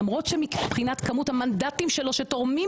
למרות שמבחינת כמות המנדטים שלו שתורמים